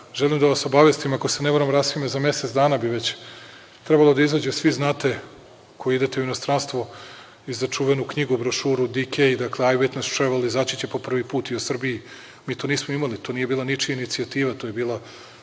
Želim da vas obavestim, ako se ne varam, Rasime, za mesec dana bi već trebalo da izađu svi znate, koji idete u inostranstvo, za čuvenu knjigu, brošuru DKEyewitness Travel izaći će i po prvi put u Srbiji. Mi to nismo imali, to nije bila ničija inicijativa, to je bila